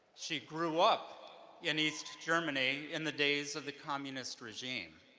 she grew up in east germany, in the days of the communist regime.